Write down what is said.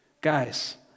guys